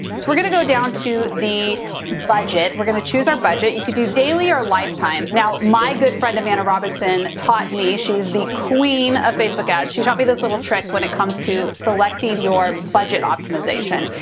we're gonna go down to the budget. we're gonna choose our budget, you could do daily or lifetime. now my good friend amanda robinson taught me. she's the queen of facebook ads. she taught me this little trick when it comes to selecting your budget optimization.